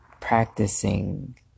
practicing